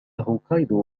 هوكايدو